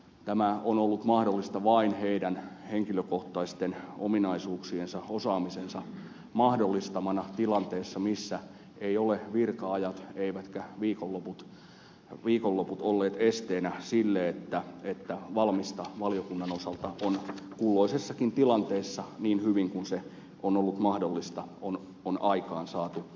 tämä on ollut mahdollista vain heidän henkilökohtaisten ominaisuuksiensa osaamisensa mahdollistamana tilanteessa missä eivät ole virka ajat eivätkä viikonloput olleet esteenä sille että valmista valiokunnan osalta on kulloisessakin tilanteessa niin hyvin kuin se on ollut mahdollista aikaansaatu